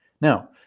Now